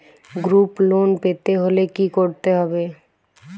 Group loan পেতে হলে কি করতে হবে?